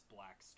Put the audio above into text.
Black